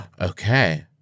Okay